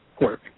work